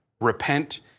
Repent